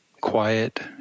quiet